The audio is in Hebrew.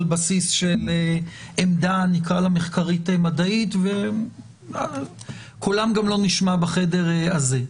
בסיס של עמדה מחקרית מדעית וקולם גם לא נשמע בחדר הזה.